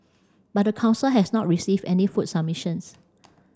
but the council has not received any food submissions